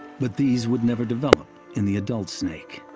but these would never develop in the adult snake.